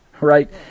right